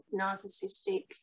narcissistic